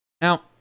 Now